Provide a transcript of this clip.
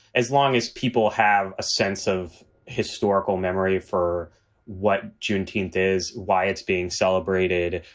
as long as people have a sense of historical memory for what juneteenth is, why it's being celebrated.